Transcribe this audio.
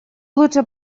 лучше